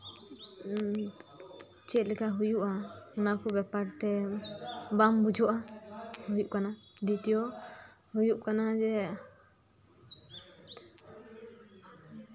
ᱪᱮᱫᱞᱮᱠᱟ ᱦᱩᱭᱩᱜᱼᱟ ᱚᱱᱟ ᱠᱚ ᱵᱮᱯᱟᱨ ᱛᱮ ᱵᱟᱝ ᱵᱩᱡᱩᱜᱼᱟ ᱦᱩᱭᱩᱜ ᱠᱟᱱᱟ ᱫᱤᱛᱤᱭᱚ ᱦᱩᱭᱩᱜ ᱠᱟᱱᱟ ᱡᱮ